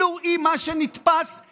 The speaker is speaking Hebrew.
תגיד לו, מה זה ההתנשאות הזו?